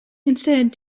instead